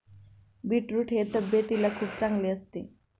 beetroot हे तब्येतीला खूप चांगले असते